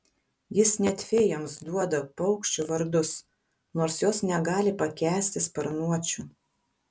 jis net fėjoms duoda paukščių vardus nors jos negali pakęsti sparnuočių